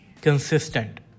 Consistent